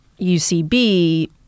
UCB